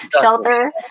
shelter